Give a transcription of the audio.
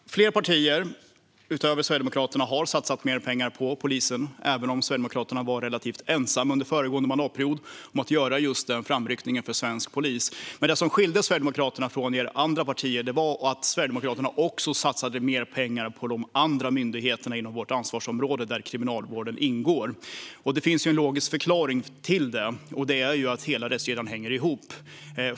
Flera partier, utöver Sverigedemokraterna, har satsat mer pengar på polisen, även om Sverigedemokraterna var relativt ensamma under föregående mandatperiod om att göra just den framryckningen för svensk polis. Men det som skilde Sverigedemokraterna från de andra partierna var att Sverigedemokraterna också satsade mer pengar på de andra myndigheterna inom vårt ansvarsområde, där Kriminalvården ingår. Det finns en logisk förklaring till detta, och det är att hela rättskedjan hänger ihop.